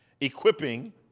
equipping